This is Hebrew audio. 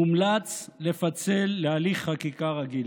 מומלץ לפצל להליך חקיקה רגיל.